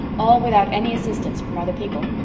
all without any assistance from other people.